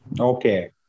Okay